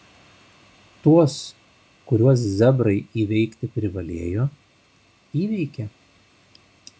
tuos kuriuos zebrai įveikti privalėjo įveikė